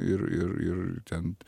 ir ir ir ten